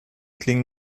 klingen